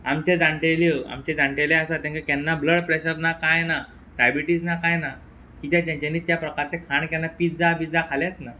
आमचे जाण्टेल्यो आमचे जाण्टेले आसात तेंकां केन्ना ब्लड प्रॅशर ना कांय ना डायबिटीज ना कांय ना किद्या तेंच्यानी त्या प्रकारचें खाण केन्ना पिझ्झा बिझ्झा खालेत ना